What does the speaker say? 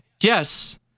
yes